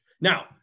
Now